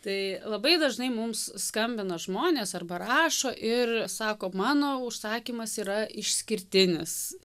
tai labai dažnai mums skambina žmonės arba rašo ir sako mano užsakymas yra išskirtinis